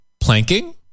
planking